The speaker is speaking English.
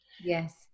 Yes